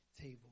table